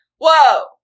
whoa